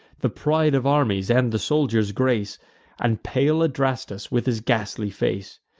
the pride of armies, and the soldiers' grace and pale adrastus with his ghastly face.